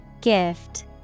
Gift